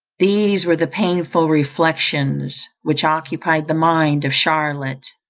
these were the painful reflections which occupied the mind of charlotte.